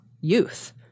youth